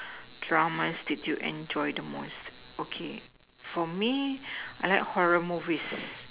Dramas did you enjoy the most okay for me I like horror movies